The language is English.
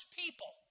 people